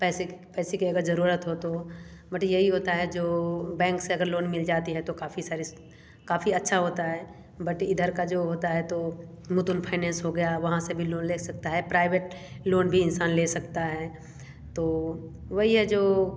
पैसे की पैसे की अगर जरुरत हो तो बट यही होता है जो बैंक से अगर लोन मिल जाती है तो काफ़ी सारी काफ़ी अच्छा होता है बट इधर का जो होता है तो मुतुल फायनेंस हो गया वहाँ से भी लोन ले सकता है प्राइवेट लोन भी इंसान ले सकता हैं तो वही है जो